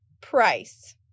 price